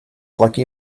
lucky